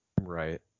Right